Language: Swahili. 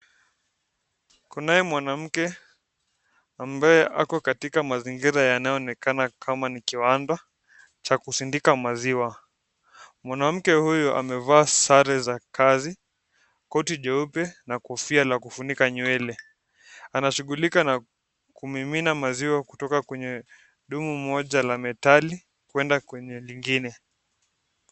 Kunaye mwanamke ambaye ako katika mazingira yanayoonekana kama ni kiwanda cha kusindika maziwa. Mwanamke huyo amevaa sare za kazi koti jeupe na kofia la kufunika nywele, anashughulika na kumimina maziwa kutoka kwenye dumu moja la metali kwenda kwenye lingine.